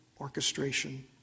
orchestration